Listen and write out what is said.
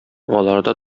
аларда